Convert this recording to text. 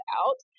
out